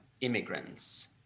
immigrants